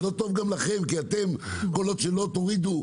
לא טוב גם לכם כי אתם כל עוד שלא תורידו,